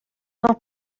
noch